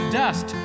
dust